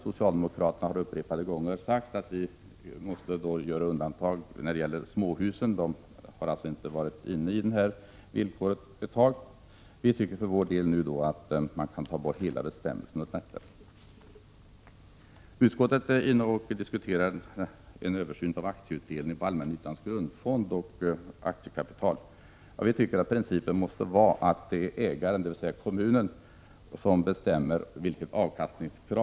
Socialdemokraterna har upprepade gånger undantagit småhusen — dessa har inte omfattats av markvillkoret. Vi för vår del tycker att markvillkoret helt kan slopas. I utskottet har man diskuterat frågan om en översyn av aktieutdelning när det gäller allmännyttans grundfond och aktiekapital. Vi anser att principen måste vara att ägaren, dvs. kommunen, skall bestämma vilka avkastnings Prot.